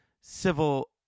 civil